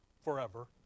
Forever